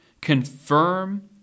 confirm